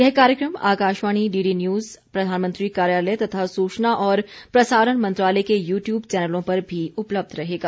यह कार्यक्रम Akashvani DD news प्रधानमंत्री कार्यालय तथा सूचना और प्रसारण मंत्रालय के यू ट्यूब चैनलों पर भी उपलब्ध रहेगा